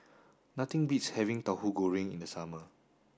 nothing beats having Tauhu Goreng in the summer